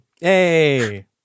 Hey